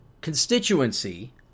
constituency